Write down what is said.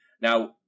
Now